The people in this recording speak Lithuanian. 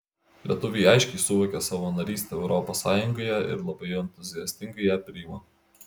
lietuviai aiškiai suvokė savo narystę europos sąjungoje ir labai entuziastingai ją priima